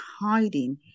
hiding